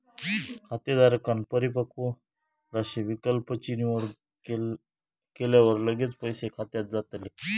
खातेधारकांन परिपक्व राशी विकल्प ची निवड केल्यावर लगेच पैसे खात्यात जातले